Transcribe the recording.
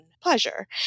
pleasure